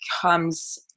comes